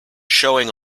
showing